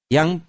Yang